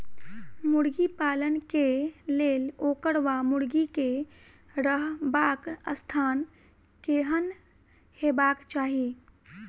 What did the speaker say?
मुर्गी पालन केँ लेल ओकर वा मुर्गी केँ रहबाक स्थान केहन हेबाक चाहि?